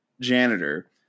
janitor